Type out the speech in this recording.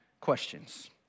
questions